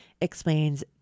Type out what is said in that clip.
explains